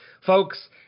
folks